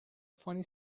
funny